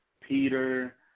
Peter